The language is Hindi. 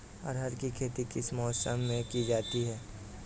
अरहर की खेती किस मौसम में की जाती है?